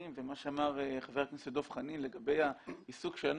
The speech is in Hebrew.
ומה שאמר חבר הכנסת דב חנין לגבי העיסוק שלנו,